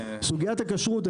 בסוגיית הכשרות,